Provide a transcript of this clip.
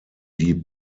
die